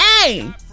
hey